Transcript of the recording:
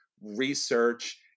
research